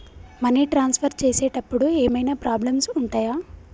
Money transfer చేసేటప్పుడు ఏమైనా problems ఉంటయా?